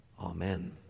amen